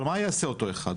אבל מה יעשה אותו אחד?